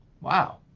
Wow